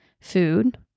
food